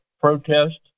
protest